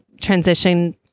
transition